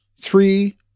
Three